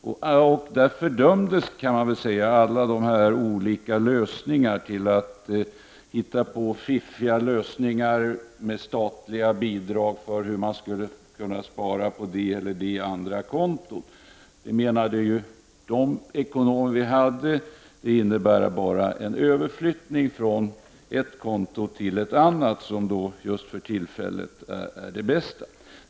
Vid denna hearing fördömdes, kan man säga, alla olika förslag till fiffiga lösningar innebärande att människor med hjälp av statliga bidrag skulle förmås spara på det ena eller andra kontot. De ekonomer som hade inbjudits till hearingen menade att sådana förslag bara innebär en överflyttning från ett konto till ett annat som för tillfälligt är det bästa.